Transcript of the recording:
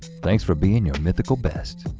thanks for being your mythical best.